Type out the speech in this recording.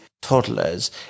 toddlers